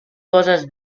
coses